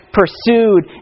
pursued